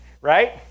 Right